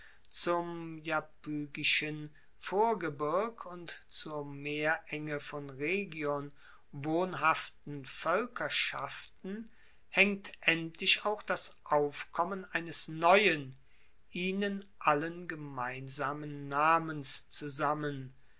zum iapygischen vorgebirg und zur meerenge von rhegion wohnhaften voelkerschaften haengt endlich auch das aufkommen eines neuen ihnen allen gemeinsamen namens zusammen